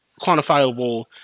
quantifiable